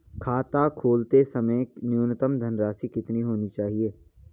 खाता खोलते समय न्यूनतम धनराशि कितनी होनी चाहिए?